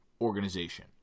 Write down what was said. organization